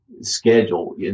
schedule